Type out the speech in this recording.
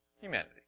Humanity